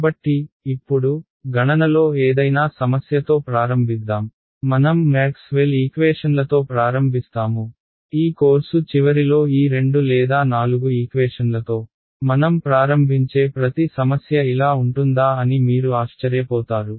కాబట్టి ఇప్పుడు గణనలో ఏదైనా సమస్యతో ప్రారంభిద్దాం మనం మ్యాక్స్వెల్ ఈక్వేషన్లతో ప్రారంభిస్తాము ఈ కోర్సు చివరిలో ఈ రెండు లేదా నాలుగు ఈక్వేషన్లతో మనం ప్రారంభించే ప్రతి సమస్య ఇలా ఉంటుందా అని మీరు ఆశ్చర్యపోతారు